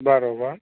બરાબર